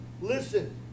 Listen